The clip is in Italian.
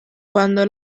quando